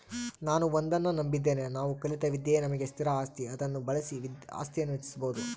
ನಾನು ಒಂದನ್ನು ನಂಬಿದ್ದೇನೆ ನಾವು ಕಲಿತ ವಿದ್ಯೆಯೇ ನಮಗೆ ಸ್ಥಿರ ಆಸ್ತಿ ಅದನ್ನು ಬಳಸಿ ಆಸ್ತಿಯನ್ನು ಹೆಚ್ಚಿಸ್ಬೋದು